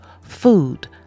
food